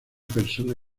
persona